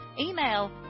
email